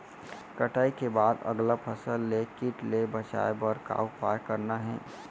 कटाई के बाद अगला फसल ले किट ले बचाए बर का उपाय करना हे?